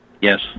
Yes